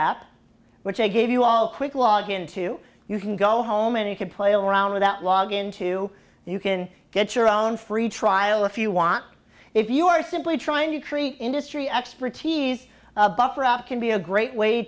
app which i gave you all quick log into you can go home and you could play around with that log into you can get your own free trial if you want if you are simply trying to creat industry expertise a buffer up can be a great way